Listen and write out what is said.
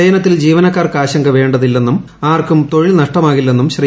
ലയനത്തിൽ ജീവനക്കാർക്ക് ആശങ്ക വേണ്ടതില്ലെന്നും ആർക്കും തൊഴിൽ നഷ്ടമാകില്ലെന്നും ശ്രീ